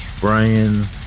Brian